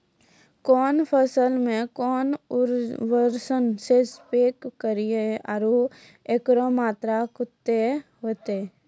कौन फसल मे कोन उर्वरक से स्प्रे करिये आरु एकरो मात्रा कत्ते होते?